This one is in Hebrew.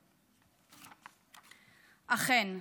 אכן,